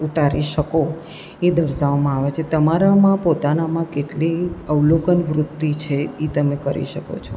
ઉતારી શકો એ દર્શાવવામાં આવે છે તમારામાં પોતાનામાં કેટલી અવલોકનવૃત્તિ છે એ તમે કરી શકો છો